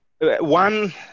one